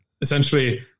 Essentially